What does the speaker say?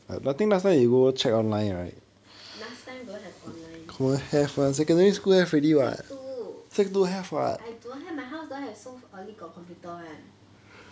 last time don't have online sec two I don't have my house don't have so early got computer [one]